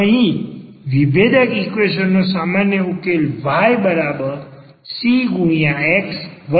અહી વિભેયક ઈક્વેશન નો સામાન્ય ઉકેલ ycx1c છે